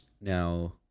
Now